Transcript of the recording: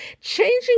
Changing